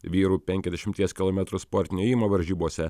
vyrų penkiasdešimties kilometrų sportinio ėjimo varžybose